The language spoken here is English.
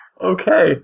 Okay